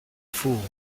fool